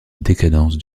décadence